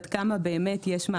עד כמה באמת יש מעקב.